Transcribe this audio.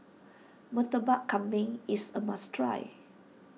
Murtabak Kambing is a must try